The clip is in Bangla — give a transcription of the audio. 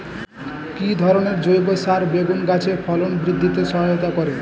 কি ধরনের জৈব সার বেগুন গাছে ফলন বৃদ্ধিতে সহায়তা করে?